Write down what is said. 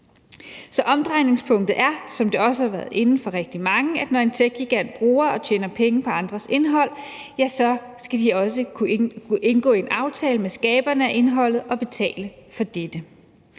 omdrejningspunktet er, som rigtig mange også har været inde på, at når techgiganter bruger og tjener penge på andres indhold, skal de også kunne indgå en aftale med skaberne af indholdet og betale for dette.